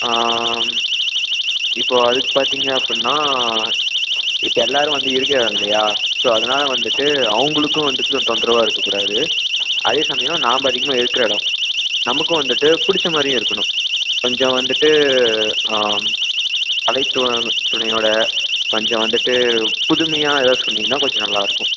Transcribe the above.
இப்போது அதுக்கு பார்த்தீங்க அப்படின்னா இப்போ எல்லோரும் வந்து இருக்கிறாங்க இல்லையா ஸோ அதனால் வந்துவிட்டு அவங்களுக்கும் வந்துவிட்டு தொந்தரவாக இருக்கக்கூடாது அதே சமயம் நாம் அதிகமாக இருக்கிற இடம் நமக்கும் வந்துவிட்டு பிடித்த மாதிரியும் இருக்கணும் கொஞ்சம் வந்துவிட்டு கலைத்துவம் துணையோடு கொஞ்சம் வந்துவிட்டு புதுமையாக ஏதாவது சொன்னீங்கன்னா கொஞ்சம் நல்லா இருக்கும்